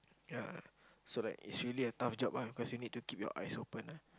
ya so like it's really a tough job ah because you need to like keep your eyes open ah